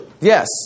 Yes